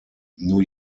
new